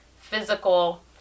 physical